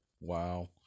Wow